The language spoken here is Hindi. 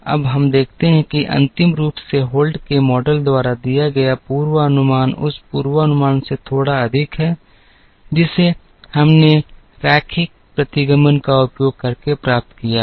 अब हम देखते हैं कि अंतिम रूप से होल्ट के मॉडल द्वारा दिया गया पूर्वानुमान उस पूर्वानुमान से थोड़ा अधिक है जिसे हमने रेखीय प्रतिगमन का उपयोग करके प्राप्त किया था